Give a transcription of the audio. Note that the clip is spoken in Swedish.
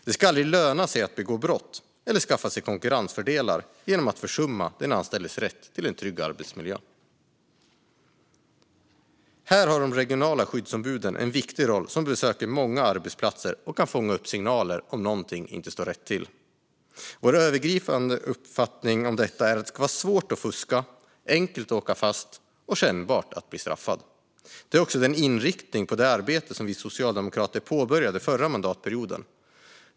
Det ska aldrig löna sig att begå brott eller skaffa sig konkurrensfördelar genom att försumma de anställdas rätt till en trygg arbetsmiljö. Här har de regionala skyddsombuden en viktig roll eftersom de besöker många arbetsplatser och kan fånga upp signaler om att något inte står rätt till. Vår övergripande uppfattning om detta är att det ska vara svårt att fuska, enkelt att åka fast och kännbart att bli straffad. Det är också inriktningen på det arbete som vi socialdemokrater påbörjade förra mandatperioden.